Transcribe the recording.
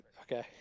Okay